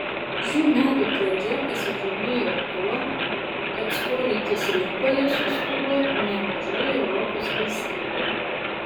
šių metų pradžia pasižymėjo tuo kad skolintis rinkoje suskubo nemažai europos valstybių